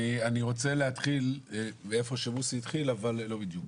אני רוצה להתחיל מאיפה שמוסי התחיל, אבל לא בדיוק.